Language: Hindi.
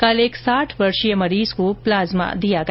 कल एक साठ वर्षीय मरीज को प्लाज्मा दिया गया